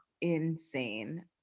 insane